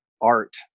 art